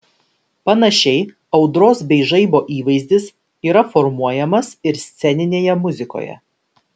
panašiai audros bei žaibo įvaizdis yra formuojamas ir sceninėje muzikoje